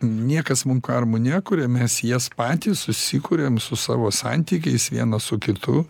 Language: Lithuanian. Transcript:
niekas mum karmų nekuria mes jas patys susikuriam su savo santykiais vienas su kitu